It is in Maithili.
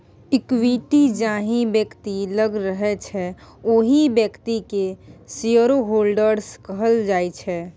इक्विटी जाहि बेकती लग रहय छै ओहि बेकती केँ शेयरहोल्डर्स कहल जाइ छै